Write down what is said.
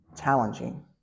challenging